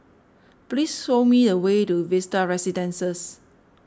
please show me a way to Vista Residences